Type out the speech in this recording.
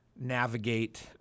navigate